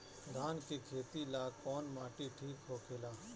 धान के खेती ला कौन माटी ठीक होखेला?